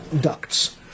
ducts